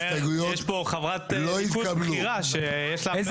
ההסתייגויות לא התקבלו.